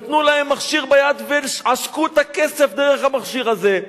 נתנו להם מכשיר ביד ועשקו את הכסף דרך המכשיר הזה.